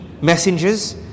messengers